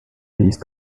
these